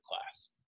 class